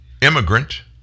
immigrant